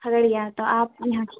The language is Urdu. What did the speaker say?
کھگڑیا تو آپ یہاں